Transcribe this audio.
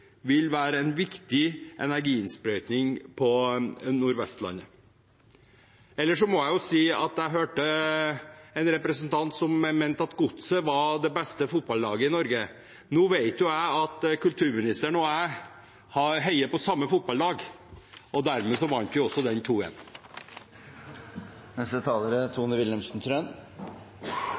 vil være en viktig energiinnsprøyting på Nord-Vestlandet. Ellers må jeg si at jeg hørte en representant som mente at Strømsgodset var det beste fotballaget i Norge. Nå vet jeg at kulturministeren og jeg heier på samme fotballag – og dermed vant vi også den kampen 2–1. Det har vært en